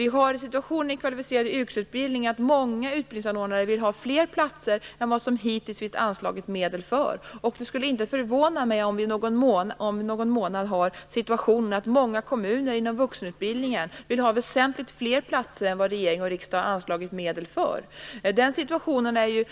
Inom den kvalificerade yrkesutbildningen är situationen den att många utbildningsanordnare vill ha fler platser än som det hittills anslagits medel för. Det skulle alltså inte förvåna mig om många kommuner inom vuxenutbildningen om någon månad vill ha väsentligt fler platser än vad regering och riksdag anslagit medel för. Den situationen är